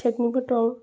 टेकनिकफोर दं